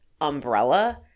umbrella